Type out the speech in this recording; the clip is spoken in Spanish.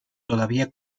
todavía